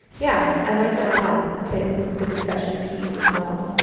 yeah. i like that a lot. to include the discussion piece as well.